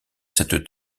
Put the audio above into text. cette